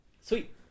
Sweet